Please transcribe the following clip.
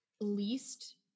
least